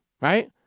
right